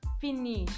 Finish